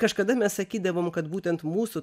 kažkada mes sakydavome kad būtent mūsų